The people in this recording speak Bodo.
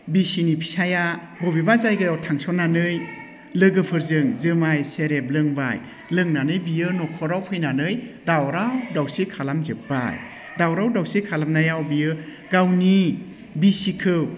बिसिनि फिसायआ बबेबा जायगायाव थांस'ननानै लोगोफोरजों जोमाय सेरेप लोंबाय लोंनानै बियो न'खराव फैनानै दावराव दावसि खालामजोब्बाय दावराव दावसि खालामनायाव बियो गावनि बिसिखौ